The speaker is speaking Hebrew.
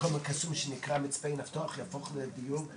שהמקום הקסום מצפה נפתוח יהפוך לדיור,